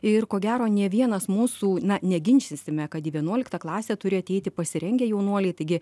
ir ko gero nė vienas mūsų na neginčysime kad į vienuoliktą klasę turi ateiti pasirengę jaunuoliai taigi